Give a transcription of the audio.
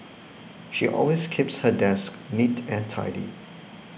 she always keeps her desk neat and tidy